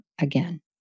again